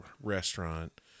restaurant